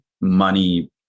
money